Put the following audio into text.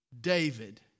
David